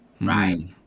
Right